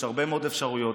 יש הרבה מאוד אפשרויות,